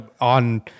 on